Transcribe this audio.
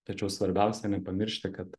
tačiau svarbiausia nepamiršti kad